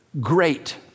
Great